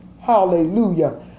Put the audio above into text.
Hallelujah